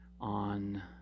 on